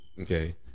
Okay